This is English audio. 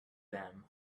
them